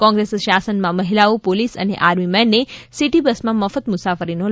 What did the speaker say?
કોંગ્રેસ શાસનમાં મહિલાઓ પોલીસ અને આર્મીમનને સિટીબસમાં મફત મુસાફરીનો લાભ મળશે